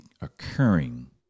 occurring